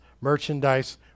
merchandise